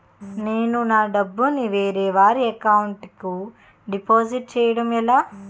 నేను నా డబ్బు ని వేరే వారి అకౌంట్ కు డిపాజిట్చే యడం ఎలా?